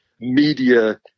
media